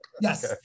Yes